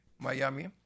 Miami